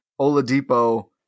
Oladipo